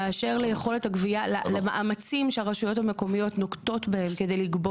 באשר ליכולת הגבייה למאמצים מהרשויות המקומיות נוקטות בהן כדי לגבות,